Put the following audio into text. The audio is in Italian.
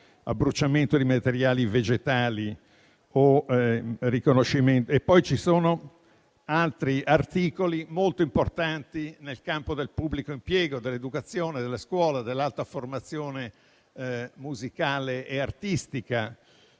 l'abbruciamento di materiali vegetali. Poi ci sono altri articoli molto importanti nel campo del pubblico impiego, dell'educazione, della scuola, dell'alta formazione musicale e artistica.